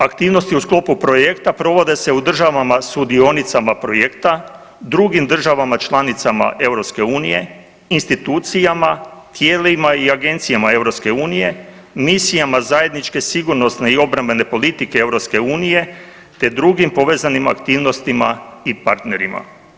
Aktivnosti u sklopu projekta provode se u državama sudionicama projekta, drugim državama članicama EU, institucijama, tijelima i agencijama EU, misijama zajedničke sigurnosne i obrambene politike EU te drugim povezanim aktivnostima i partnerima.